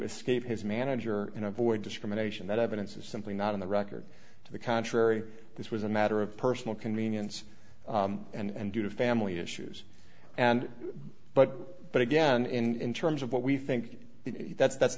escape his manager and avoid discrimination that evidence is simply not in the record to the contrary this was a matter of personal convenience and due to family issues and but but again in terms of what we think that's that's